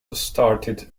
started